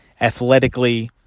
athletically